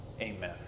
Amen